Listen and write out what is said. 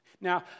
Now